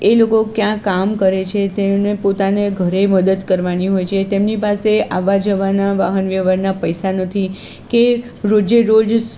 એ લોકો ક્યાં કામ કરે છે તેને પોતાને ઘરે મદદ કરવાની હોય છે તેમની પાસે આવવા જવાના વાહનવ્યવહારના પૈસા નથી કે રોજેરોજ